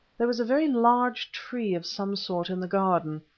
there was a very large tree of some sort in the garden.